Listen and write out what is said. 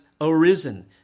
arisen